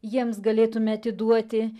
jiems galėtume atiduoti